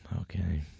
Okay